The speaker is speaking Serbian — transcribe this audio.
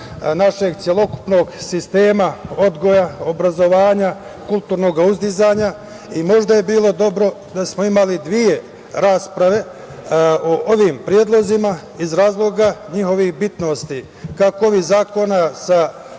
našeg celokupnog sistema odgoja, obrazovanja, kulturnog uzdizanja i možda bi bilo dobro kada bismo imali dve rasprave o ovim predlozima iz razloga njihove bitnosti, kako ovih zakona sa